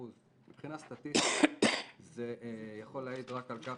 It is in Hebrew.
שמבחינה סטטיסטית 12% זה יכול להעיד רק על כך